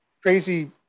crazy